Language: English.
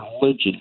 religion